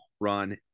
run